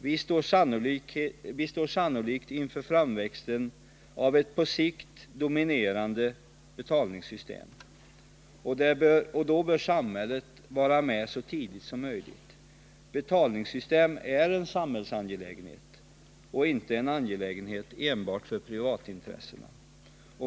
Vi står sannolikt inför framväxten av ett på sikt dominerande betalningssystem, och då bör samhället vara med så tidigt som möjligt. Betalningssystem är en samhällsangelägenhet och inte en angelägenhet enbart för privatintressena.